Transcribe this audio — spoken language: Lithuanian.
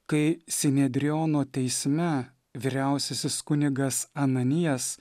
kai sinedriono teisme vyriausiasis kunigas ananijas